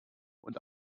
und